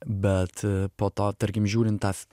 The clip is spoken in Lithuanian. bet po to tarkim žiūrint